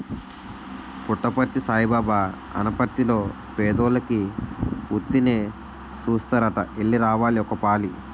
పుట్టపర్తి సాయిబాబు ఆసపత్తిర్లో పేదోలికి ఉత్తినే సూస్తారట ఎల్లి రావాలి ఒకపాలి